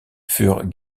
für